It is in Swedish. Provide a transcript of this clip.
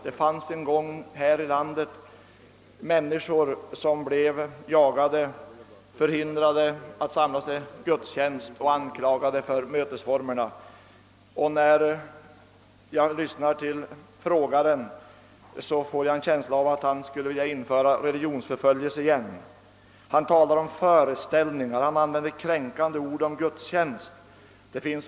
Det fanns en gång här i landet människor som blev jagade, förhindrade att samlas till gudstjänst och anklagade för mötesformerna. När jag lyssnade på frågeställaren fick jag en känsla av att han ville införa religionsförföljelse igen. Han talade om föreställningar, han använde kränkande ord om gudstjänst.